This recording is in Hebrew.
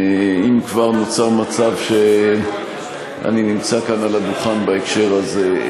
אם כבר נוצר מצב שאני נמצא כאן על הדוכן בהקשר הזה.